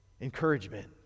Encouragement